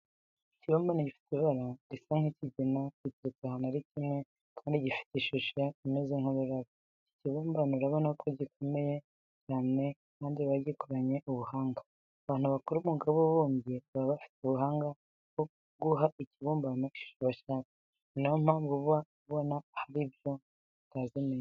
Ikibumbano gifite ibara risa nk'ikigina giteretse ahantu ari kimwe kandi gifite ishusho imeze nk'ururabo. Iki kibumbano urabona ko gikomeye cyane kandi bagikoranye ubuhanga. Abantu bakora umwuga w'ububumbyi baba bafite ubuhanga bwo guha ikibumbano ishusho bashaka, ni yo mpamvu uba ubona hari n'ibyo utazi neza.